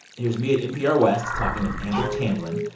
here's me at npr west talking with amber tamblyn.